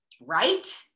right